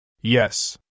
Yes